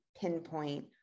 pinpoint